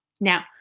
Now